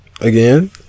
Again